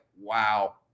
wow